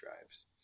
drives